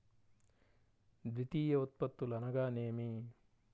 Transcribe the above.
ద్వితీయ ఉత్పత్తులు అనగా నేమి?